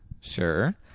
Sure